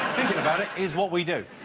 about it is what we do